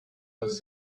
was